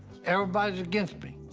everybody's against me.